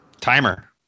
timer